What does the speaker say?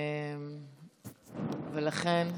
ולכן,